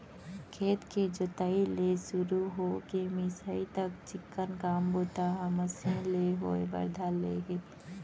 खेत के जोताई ले सुरू हो के मिंसाई तक चिक्कन काम बूता ह मसीन ले होय बर धर ले हे